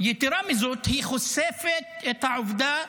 יתרה מזאת, היא חושפת את העובדה